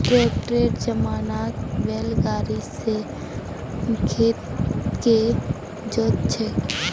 ट्रैक्टरेर जमानात बैल गाड़ी स खेत के जोत छेक